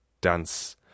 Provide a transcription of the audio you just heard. dance